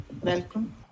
welcome